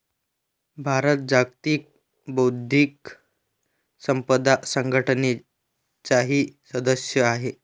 भारत जागतिक बौद्धिक संपदा संघटनेचाही सदस्य आहे